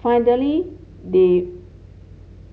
finally they